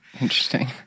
Interesting